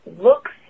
looks